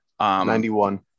91